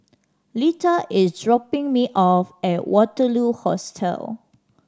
Litha is dropping me off at Waterloo Hostel